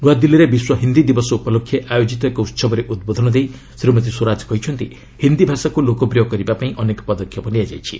ନୂଆଦିଲ୍ଲୀରେ ବିଶ୍ୱ ହିନ୍ଦୀ ଦିବସ ଉପଲକ୍ଷେ ଆୟୋଜିତ ଏକ ଉତ୍ସବରେ ଉଦ୍ବୋଧନ ଦେଇବେଳେ ଶ୍ରୀମତୀ ସ୍ୱରାଜ କହିଛନ୍ତି ହିନ୍ଦୀ ଭାଷାକୁ ଲୋକପ୍ରିୟ କରିବା ପାଇଁ ଅନେକ ପଦକ୍ଷେପ ନିଆଯାଇଛି